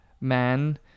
man